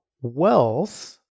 wealth